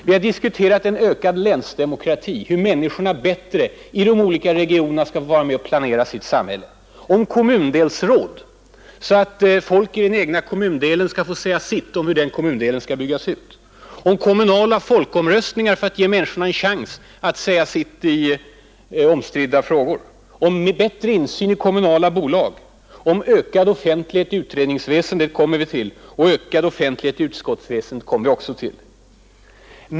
Vi har tagit upp en ökad länsdemokrati, hur människorna i de olika regionerna i större utsträckning skall kunna få vara med och planera sitt samhälle. Vi har diskuterat kommundelsråd, som innebär att folk skall få säga sitt om hur den egna kommundelen skall byggas ut. Vi har resonerat om kommunala folkomröstningar, som skall ge människorna chans att säga sitt i omstridda frågor. Vi har diskuterat bättre insyn i kommunala bolag och kommer senare till frågorna om ökad offentlighet i utredningsväsendet och ökad offentlighet i utskottsväsendet.